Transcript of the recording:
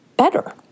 better